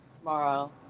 tomorrow